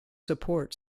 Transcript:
support